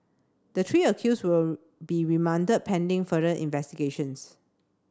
the three accused will be remanded pending further investigations